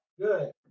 Good